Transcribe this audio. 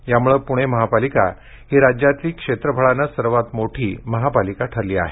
यामुळे पूणे महापालिका ही राज्यातील क्षेत्रफळाने सर्वात मोठी महापालिका ठरली आहे